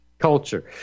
Culture